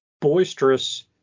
boisterous